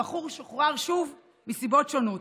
הבחור שוחרר שוב מסיבות שונות.